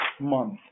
month